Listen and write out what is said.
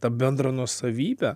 tą bendrą nuosavybę